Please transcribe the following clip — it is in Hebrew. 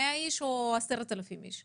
מאה איש או 10,000 איש.